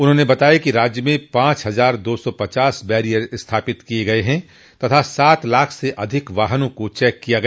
उन्होंने बताया कि राज्य में पांच हजार दो सौ पचास बैरियर स्थापित किये गये हैं तथा सात लाख से अधिक वाहनों को चेक किया गया